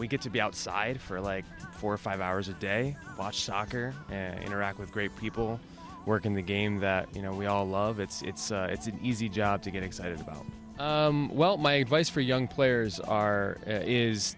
we get to be outside for like four or five hours a day watch soccer and interact with great people work in the game that you know we all love it's it's an easy job to get excited about well my advice for young players are is